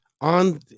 on